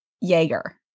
Jaeger